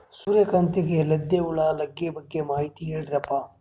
ಸೂರ್ಯಕಾಂತಿಗೆ ಲದ್ದಿ ಹುಳ ಲಗ್ಗೆ ಬಗ್ಗೆ ಮಾಹಿತಿ ಹೇಳರಪ್ಪ?